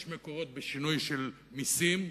יש מקורות בשינוי של מסים,